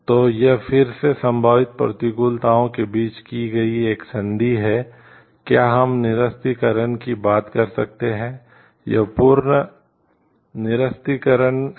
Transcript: तो यह फिर से संभावित प्रतिकूलताओं के बीच की गई एक संधि है क्या हम निरस्त्रीकरण की बात कर सकते हैं यह पूर्ण निरस्त्रीकरण है